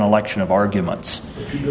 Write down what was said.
election of arguments